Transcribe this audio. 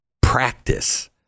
practice